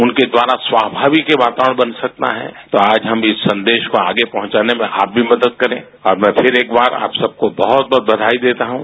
उनके द्वारा स्वाभाविक वातावरण बन सकता है तो आज हम इस सन्देश को आगे पहुंचाने में आज भी मदद करें और मैं फ़िर एक बार आप सबको बहुत बहुत बधाई देता हूं